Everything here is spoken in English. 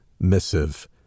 missive